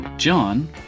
John